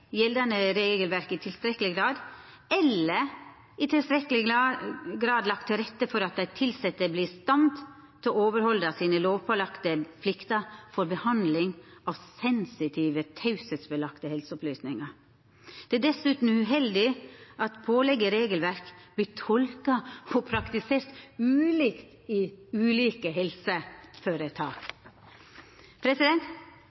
gjeldande regelverk i tilstrekkeleg grad, eller i tilstrekkeleg grad lagt til rette for at dei tilsette vert i stand til å overhalda sine lovpålagde plikter for behandling av sensitive, teiepliktige helseopplysningar. Det er dessutan uheldig at pålegg i regelverk vert tolka og praktisert ulikt i ulike helseføretak.